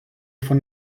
von